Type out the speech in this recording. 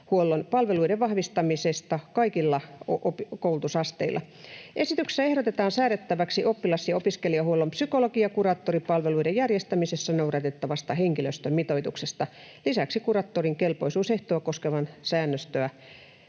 palveluiden vahvistamisesta kaikilla koulutusasteilla. Esityksessä ehdotetaan säädettäväksi oppilas‑ ja opiskelijahuollon psykologi‑ ja kuraattoripalveluiden järjestämisessä noudatettavasta henkilöstömitoituksesta. Lisäksi kuraattorin kelpoisuusehtoa koskevaa säännöstöä